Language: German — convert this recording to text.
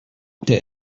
der